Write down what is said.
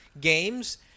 games